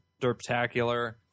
derptacular